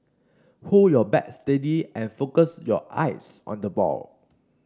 hold your bat steady and focus your eyes on the ball